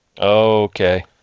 Okay